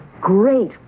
great